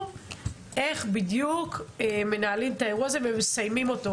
איך בדיוק מנהלים את האירוע הזה ומסיימים אותו,